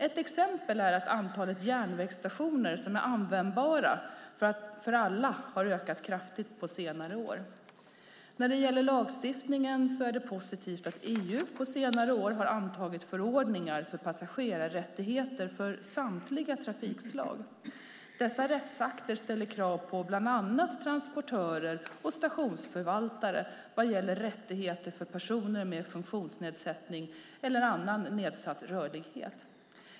Ett exempel är att antalet järnvägsstationer som är användbara för alla har ökat kraftigt på senare år. När det gäller lagstiftningen är det positivt att EU på senare år har antagit förordningar för passagerarrättigheter för samtliga trafikslag. Dessa rättsakter ställer krav på bland annat transportörer och stationsförvaltare vad gäller rättigheter för personer med funktionshinder eller nedsatt rörlighet.